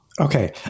okay